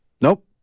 Nope